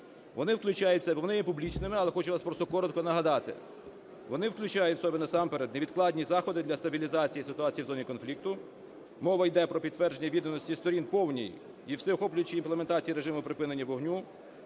Вони включають в себе, вони є публічними, але хочу вам коротко нагадати: вони включають в себе, насамперед, невідкладні заходи для стабілізації ситуації в зоні конфлікту. Мова йде про підтвердження відданості сторін повній і всеохоплюючій імплементації режиму припинення вогню,